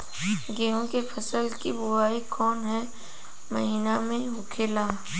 गेहूँ के फसल की बुवाई कौन हैं महीना में होखेला?